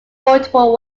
multiple